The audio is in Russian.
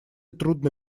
трудно